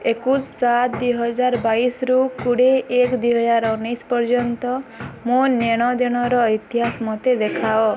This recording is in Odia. ଏକୋଇଶି ସାତ ଦୁଇହାଜରେ ବାଇଶିରୁ କୋଡ଼ିଏ ଏକ ଦୁଇହାଜର ଉନେଇଶି ପର୍ଯ୍ୟନ୍ତ ମୋ ନେଣ ଦେଣର ଇତିହାସ ମୋତେ ଦେଖାଅ